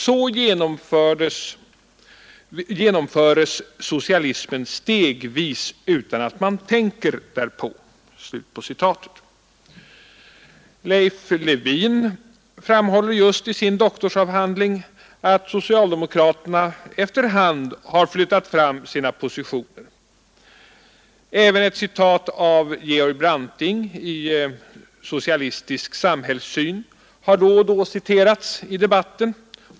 Så genomföres socialismen stegvis utan att man tänker därpå.” Leif Lewin framhåller just i sin doktorsavhandling att socialdemokra terna efter hand har flyttat fram sina positioner. Även Georg Branting i ”Socialistisk samhällssyn” har då och då citerats i riksdagen.